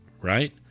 right